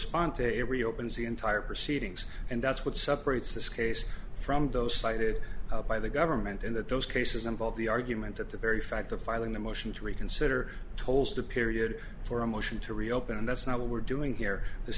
spontaneous reopens the entire proceedings and that's what separates this case from those cited by the government in that those cases involve the argument that the very fact of filing the motion to reconsider tolls the period for a motion to reopen and that's not what we're doing here this